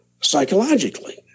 psychologically